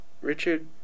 Richard